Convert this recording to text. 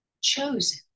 chosen